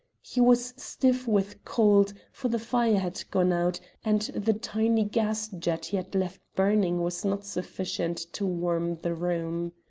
he was stiff with cold, for the fire had gone out, and the tiny gas jet he had left burning was not sufficient to warm the room.